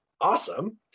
awesome